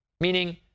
meaning